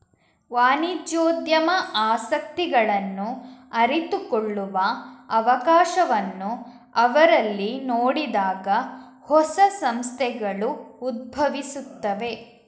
ವಾಣಿಜ್ಯೋದ್ಯಮ ಆಸಕ್ತಿಗಳನ್ನು ಅರಿತುಕೊಳ್ಳುವ ಅವಕಾಶವನ್ನು ಅವರಲ್ಲಿ ನೋಡಿದಾಗ ಹೊಸ ಸಂಸ್ಥೆಗಳು ಉದ್ಭವಿಸುತ್ತವೆ